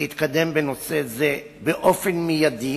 להתקדם בנושא זה באופן מיידי.